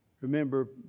Remember